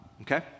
Okay